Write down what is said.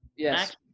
Yes